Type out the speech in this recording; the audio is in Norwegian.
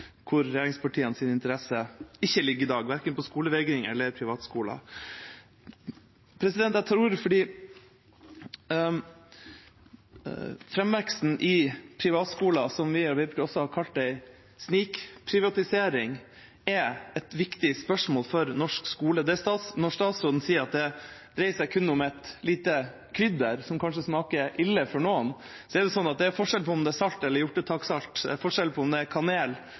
hvor regjeringspartienes interesser ikke ligger i dag: verken på skolevegring eller på privatskoler. Framveksten av privatskoler – som vi i Arbeiderpartiet også har kalt snikprivatisering – er et viktig spørsmål for norsk skole. Statsråden sier at det dreier seg kun om et lite krydder som kanskje smaker ille for noen, men det er jo forskjell på om det er salt eller hjortetakksalt, og det er forskjell på om det er kanel eller chilipepper man har i middagen sin. Under denne regjeringa har det,